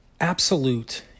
absolute